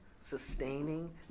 sustaining